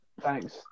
Thanks